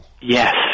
Yes